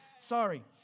Sorry